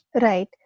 Right